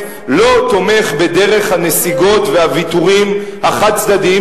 לא תומך בדרך הנסיגות והוויתורים החד-צדדיים,